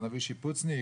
נביא שיפוצניק,